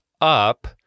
up